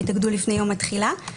שהתאגדו לפני יום התחילה,